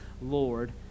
Lord